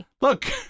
Look